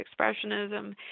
Expressionism